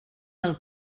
del